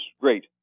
great